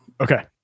Okay